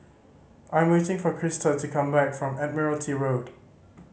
I'm waiting for Christa to come back from Admiralty Road